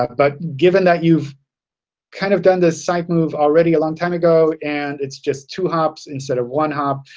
but given that you've kind of done this site move already a long time ago and its just two hops instead of one hop,